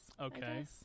Okay